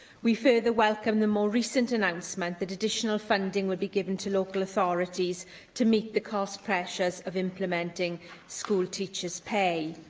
we further welcome the more recent announcement that additional funding will be given to local authorities to meet the cost pressures of implementing school teachers' pay.